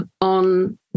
on